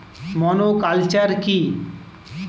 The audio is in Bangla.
মনোকালচার কি?